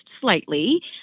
slightly